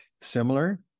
similar